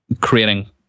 creating